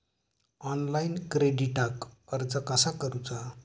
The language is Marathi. ऑनलाइन क्रेडिटाक अर्ज कसा करुचा?